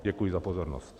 Děkuji za pozornost.